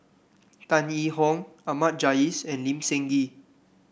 Tan Yee Hong Ahmad Jais and Lee Seng Gee